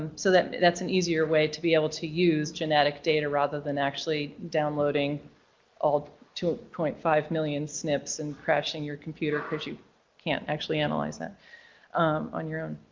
um so that that's an easier way to be able to use genetic data rather than actually downloading all two point five million snips and crashing your computer because you can't actually analyze that on your own.